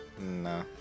No